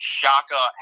Shaka